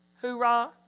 Hoorah